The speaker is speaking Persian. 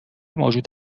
موجود